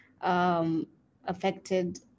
affected